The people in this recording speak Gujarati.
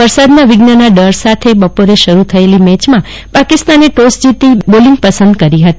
વરસાદના વિધ્નના ડર સાથે શરૂ થયેલ મેચમાં પાકિસ્તાને ટોસ જીતી બોલિગ પસંદ કરી હતી